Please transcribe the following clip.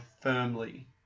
firmly